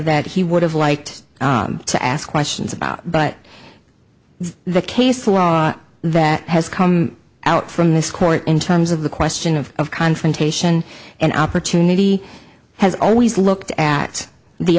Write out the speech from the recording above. that he would have liked to ask questions about but the case that has come out from this court in terms of the question of confrontation and opportunity has always looked at the